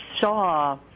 saw